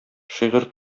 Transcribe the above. шигырь